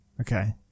Okay